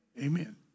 Amen